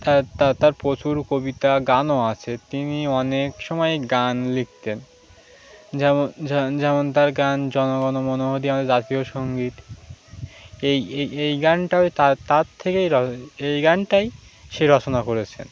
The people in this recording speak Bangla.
তার তার প্রচুর কবিতা গানও আছে তিনি অনেক সময় গান লিখতেন যেমন যেমন তার গান জনগণমন অধি আমাদের জাতীয় সঙ্গীত এই এই গানটাও তার থেকেই এই গানটাই সে রচনা করেছেন